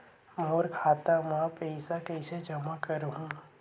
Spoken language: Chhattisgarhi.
मोर खाता म पईसा कइसे जमा करहु?